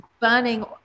burning